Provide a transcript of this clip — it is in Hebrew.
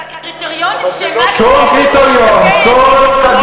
צריך לקבל סיוע.